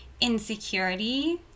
insecurity